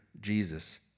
Jesus